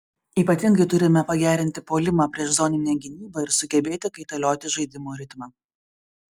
ypatingai turime pagerinti puolimą prieš zoninę gynybą ir sugebėti kaitalioti žaidimo ritmą